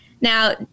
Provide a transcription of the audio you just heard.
Now